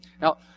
Now